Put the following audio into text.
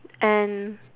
and